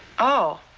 oh.